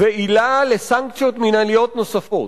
ועילה לסנקציות מינהליות נוספות,